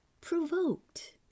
provoked